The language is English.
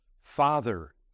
Father